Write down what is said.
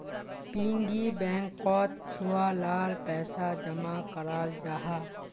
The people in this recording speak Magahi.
पिग्गी बैंकोत छुआ लार पैसा जमा कराल जाहा